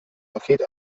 paket